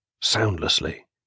soundlessly